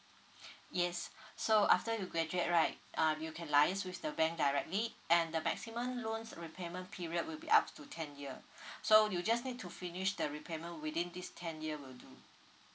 yes so after you graduate right um you can liaise with the bank directly and the maximum loans repayment period will be up to ten year so you just need to finish the repayment within this ten year will do